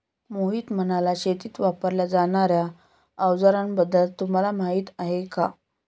मोहित म्हणाला, शेतीत वापरल्या जाणार्या अवजारांबद्दल तुम्हाला माहिती आहे का?